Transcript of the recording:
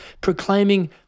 proclaiming